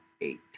eight